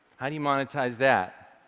how do you monetize that?